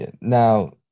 now